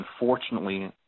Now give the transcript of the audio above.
unfortunately